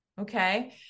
okay